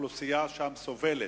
האוכלוסייה שם סובלת.